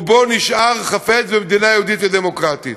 רובו נשאר חפץ במדינה יהודית ודמוקרטית.